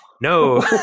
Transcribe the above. no